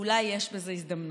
אולי יש בזה הזדמנות.